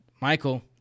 Michael